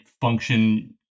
function